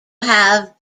have